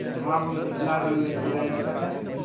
اچھا وہاں مطلب کتنے کا لگے گا خرچہ